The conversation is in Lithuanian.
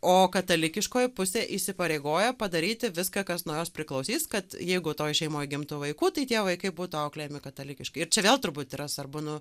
o katalikiškoji pusė įsipareigoja padaryti viską kas nuo jos priklausys kad jeigu toj šeimoje gimtų vaikų tai tie vaikai būtų auklėjami katalikiškai ir čia vėl turbūt yra svarbu nu